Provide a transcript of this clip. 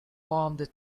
task